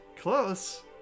close